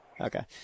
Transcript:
Okay